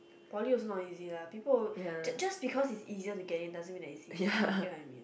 poly also not easy lah people just just because it is easier to get in doesn't mean it is easy you get what I mean